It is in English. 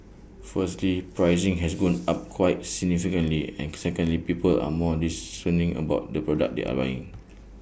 firstly pricing has gone up quite significantly and secondly people are more discerning about the product they are buying